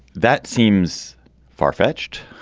that seems farfetched.